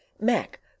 Mac